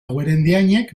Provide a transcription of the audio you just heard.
guerendiainek